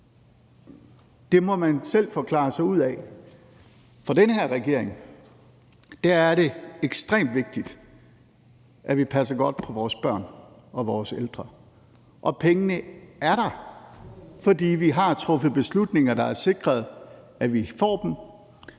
Det må man selv forklare sig ud af. For den her regering er det ekstremt vigtigt, at vi passer godt på vores børn og vores ældre. Og pengene er der, fordi vi har truffet beslutninger, der har sikret, at vi får dem,